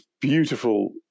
beautiful